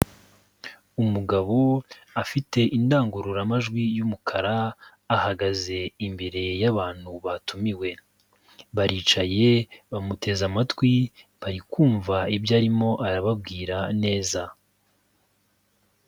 Umugabo afite indangururamajwi y'umukara ahagaze imbere y'abantu batumiwe. Baricaye bamuteze amatwi bari kumva ibyo arimo arababwira neza.